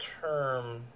term